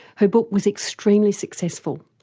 her book was extremely successful.